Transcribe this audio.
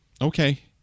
okay